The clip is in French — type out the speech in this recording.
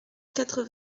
quatre